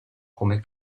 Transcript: come